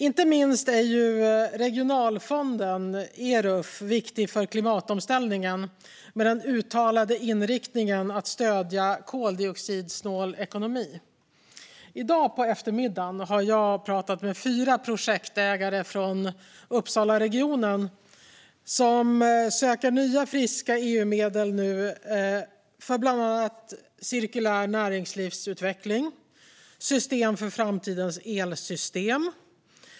Inte minst är regionalfonden, Eruf, viktig för klimatomställningen med den uttalade inriktningen att stödja koldioxidsnål ekonomi. I dag på eftermiddagen har jag pratat med fyra projektägare från Uppsalaregionen som söker nya, friska EU-medel för bland annat cirkulär näringslivsutveckling och system för framtidens elsystem.